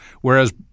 whereas